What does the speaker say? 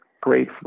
great